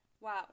Wow